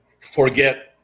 forget